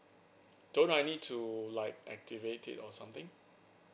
don't I need to like activate it or something